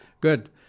good